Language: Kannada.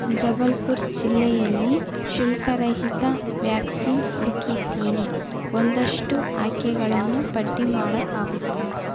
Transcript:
ಜಬಲ್ಪುರ್ ಜಿಲ್ಲೆಯಲ್ಲಿ ಶುಲ್ಕರಹಿತ ವ್ಯಾಕ್ಸಿನ್ ಹುಡುಕಿದ್ದೀನಿ ಒಂದಷ್ಟು ಆಯ್ಕೆಗಳನ್ನು ಪಟ್ಟಿ ಮಾಡೋಕ್ಕಾಗುತ್ತಾ